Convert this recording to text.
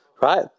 right